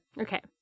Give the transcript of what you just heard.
Okay